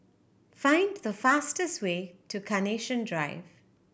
find the fastest way to Carnation Drive